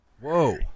Whoa